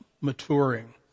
maturing